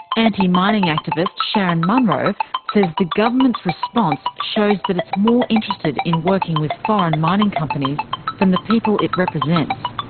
anti-mining activist sharyn munro says the government's response shows that it's more interested in working with foreign mining companies than the people it represents.